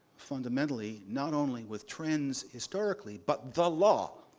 fundamentally, not only with trends historically, but the law,